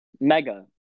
Mega